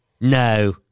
No